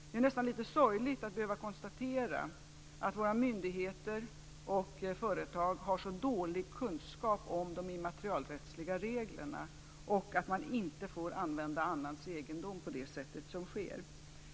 Det är nästan litet sorgligt att behöva konstatera att våra myndigheter och företag har så dålig kunskap om de immaterialrättsliga reglerna och om att man inte får använda annans egendom på det sätt som sker.